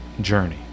journey